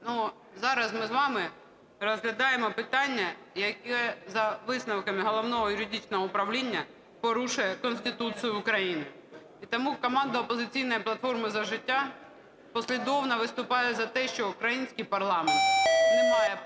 зараз ми з вами розглядаємо питання, яке за висновками Головного юридичного управління порушує Конституцію України. І тому команда "Опозиційна платформа - За життя" послідовно виступає за те, що український парламент не має права